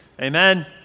Amen